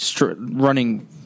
running